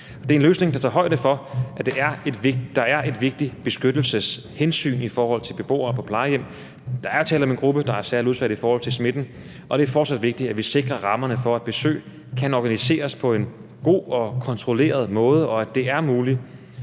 Det er en løsning, der tager højde for, at der er et vigtigt beskyttelseshensyn i forhold til beboere på plejehjem. Der er jo tale om en gruppe, der er særligt udsatte i forhold til smitten, og det er fortsat vigtigt, at vi sikrer rammerne for, at besøg kan organiseres på en god og kontrolleret måde, og at det er muligt